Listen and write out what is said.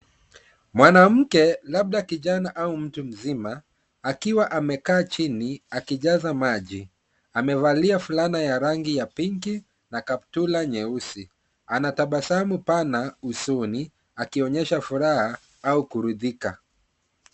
Mwanamke, labda kijana au mtu mzima, akiwa amekaa chini akijaza maji, amevalia fulana ya rangi ya pinki na kaptura nyeusi. Anatabasamu pana usoni akionyesha furaha au kuridhika.